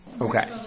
Okay